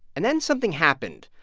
and then something happened.